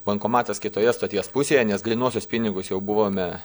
bankomatas kitoje stoties pusėje nes grynuosius pinigus jau buvome